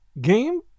Game